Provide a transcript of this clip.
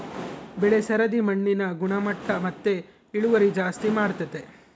ಬೆಳೆ ಸರದಿ ಮಣ್ಣಿನ ಗುಣಮಟ್ಟ ಮತ್ತೆ ಇಳುವರಿ ಜಾಸ್ತಿ ಮಾಡ್ತತೆ